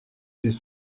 des